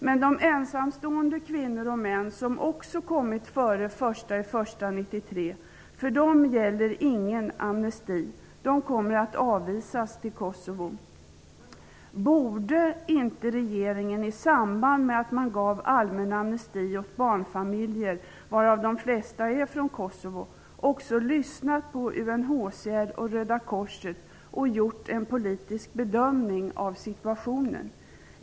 För de ensamstående kvinnor och män som också kom hit före den 1 januari 1993 gäller dock ingen amnesti. De kommer att avvisas till Kosovo. Borde inte regeringen i samband med att man gav allmän amnesti åt barnfamiljer, varav de flesta är från Kosovo, också ha lyssnat på UNHCR och Röda korset och gjort en politisk bedömning av situationen?